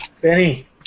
Benny